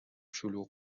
شلوغ